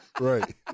Right